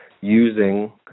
using